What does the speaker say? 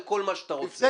על כל מה שאתה רוצה,